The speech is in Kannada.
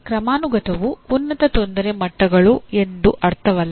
ಕ್ರಮಾನುಗತವು ಉನ್ನತ ತೊಂದರೆ ಮಟ್ಟಗಳು ಎಂದು ಅರ್ಥವಲ್ಲ